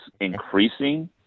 increasing